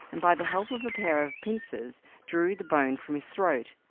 and by the help of a pair of pincers drew the bone from his throat.